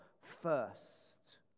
first